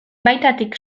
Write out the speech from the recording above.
baitatik